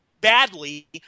badly